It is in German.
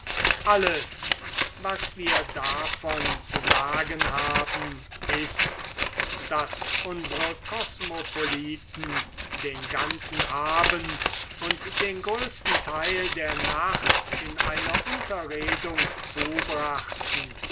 alles was wir davon zu sagen haben ist daß unsre kosmopoliten den ganzen abend und den größten teil der nacht in einer unterredung zubrachten